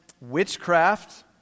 witchcraft